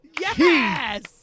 Yes